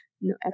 no